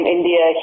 India